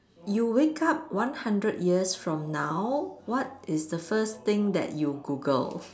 you wake up one hundred years from now what is the first thing that you Google